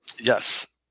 Yes